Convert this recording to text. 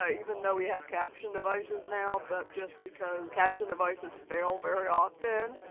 ah even though we have caption devices now, but just because caption devices fail very often.